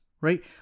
right